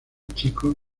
chico